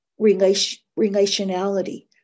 relationality